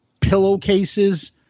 pillowcases